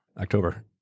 October